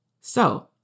So-